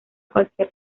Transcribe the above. cualquier